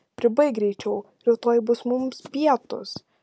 pribaik greičiau rytoj bus mums pietūs